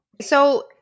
So-